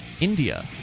India